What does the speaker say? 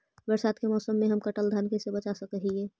बरसात के मौसम में हम कटल धान कैसे बचा सक हिय?